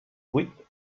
vuit